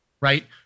Right